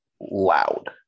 loud